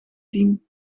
team